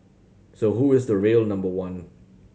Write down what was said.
so who is the real number one